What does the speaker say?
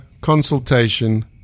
consultation